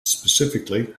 specifically